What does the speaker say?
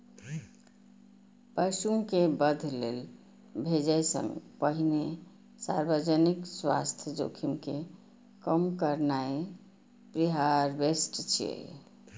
पशु कें वध लेल भेजै सं पहिने सार्वजनिक स्वास्थ्य जोखिम कें कम करनाय प्रीहार्वेस्ट छियै